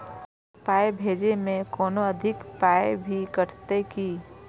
ककरो पाय भेजै मे कोनो अधिक पाय भी कटतै की?